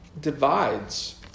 divides